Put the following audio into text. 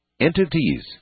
entities